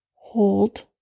hold